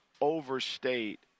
overstate